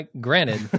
granted